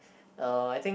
uh I think